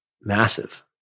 Massive